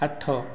ଆଠ